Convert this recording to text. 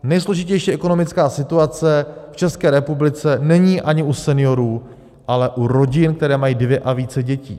Nejsložitější ekonomická situace v České republice není ani u seniorů, ale u rodin, které mají dvě a více dětí.